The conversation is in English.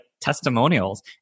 testimonials